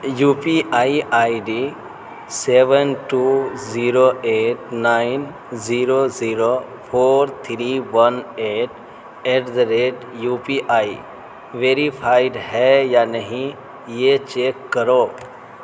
you P I I D seven two zero eight nine zero zero four three one eight eight the right U P I verified ہے یا نہیں یہ check کرو